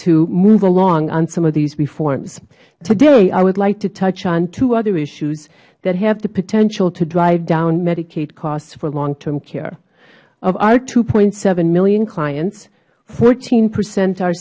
to move along on some of these reforms today i would like to touch on two other issues that have the potential to drive down medicaid costs for long term care of our two point seven million clients fourteen percent are